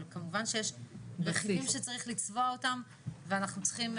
אבל כמובן יש רכיבים שצריך לצבוע אותם ואנחנו צריכים,